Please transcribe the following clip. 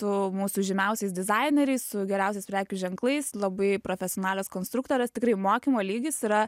tu mūsų žymiausiais dizaineriais su geriausiais prekių ženklais labai profesionalios konstruktorės tikrai mokymo lygis yra